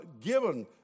given